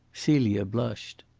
celia blushed.